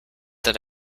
that